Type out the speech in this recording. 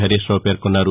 హరీశ్రావు పేర్కొన్నారు